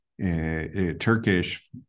Turkish